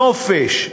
נופש,